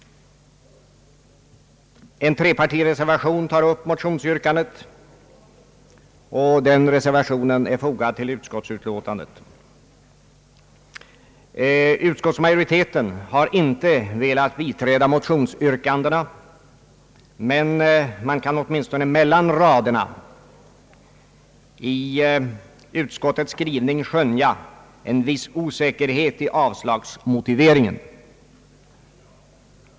En trepartireservation till utskottsutlåtandet tar upp motionsyrkandet. Utskottsmajoriteten har inte velat biträda motionsyrkandet, men man kan åtminstone mellan raderna i utskottets skrivning skönja en viss osäkerhet i avslagsmotiveringen.